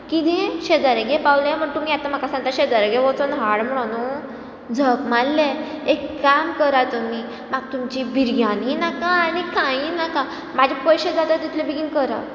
किदें शेजाऱ्यागेर पावल्या म्हणून तुमी आतां म्हाका सांगता शेजाऱ्यागेर वचून हाड म्हणुन झखमारले एक काम करा तुमी म्हाका तुमची बिरयानी नाका आनी कांय नाका म्हाजे पयशे जाल्या जाता तितले बेगीन करा